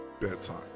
bedtime